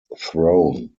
throne